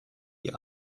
die